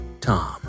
Tom